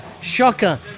shocker